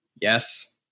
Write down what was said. Yes